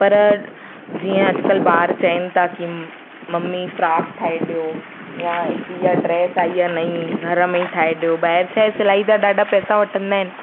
पर जीअं अॼकल्ह ॿार चवन था की मम्मी फ़्राक ठाहे ॾियो या हिक इहा ड्रेस आई आहे नई घर में ई ठाहे ॾियो ॿाहिरि छा आहे सिलाई जा ॾाढा पैसा वठंदा आहिनि